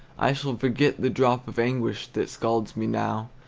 i shall forget the drop of anguish that scalds me now,